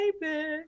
baby